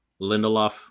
Lindelof